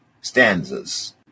stanzas